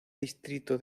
distrito